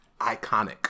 iconic